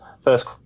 First